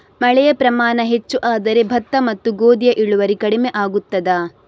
ಮಳೆಯ ಪ್ರಮಾಣ ಹೆಚ್ಚು ಆದರೆ ಭತ್ತ ಮತ್ತು ಗೋಧಿಯ ಇಳುವರಿ ಕಡಿಮೆ ಆಗುತ್ತದಾ?